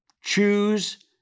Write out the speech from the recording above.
Choose